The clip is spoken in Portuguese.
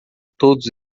todos